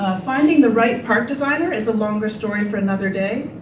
finding the right park designer is a longer story for another day.